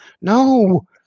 No